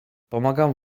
pomagam